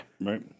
Right